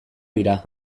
dira